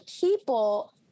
people